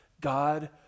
God